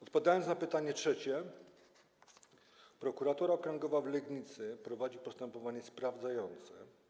Odpowiadając na pytanie trzecie: Prokuratura Okręgowa w Legnicy prowadzi postępowanie sprawdzające.